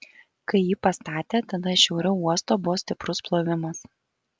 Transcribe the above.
kai jį pastatė tada šiauriau uosto buvo stiprus plovimas